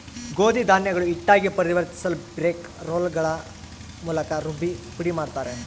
ಗೋಧಿ ಧಾನ್ಯಗಳು ಹಿಟ್ಟಾಗಿ ಪರಿವರ್ತಿಸಲುಬ್ರೇಕ್ ರೋಲ್ಗಳ ಮೂಲಕ ರುಬ್ಬಿ ಪುಡಿಮಾಡುತ್ತಾರೆ